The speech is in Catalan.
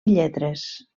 lletres